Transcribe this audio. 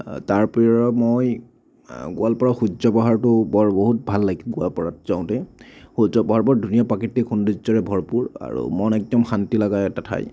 তাৰ উপৰিও মই গোৱালপাৰাৰ সূৰ্য পাহাৰটো বৰ বহুত ভাল লাগিল গোৱালপাৰাত যাওঁতে সূৰ্য পাহাৰ বৰ ধুনীয়া প্ৰাকৃতিক সৌন্দৰ্যৰে ভৰপূৰ আৰু মন একদম শান্তি লগা এটা ঠাই